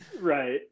right